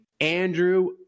Andrew